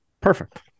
Perfect